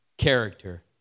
character